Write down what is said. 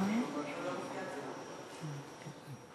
להעביר לוועדה.